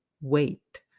wait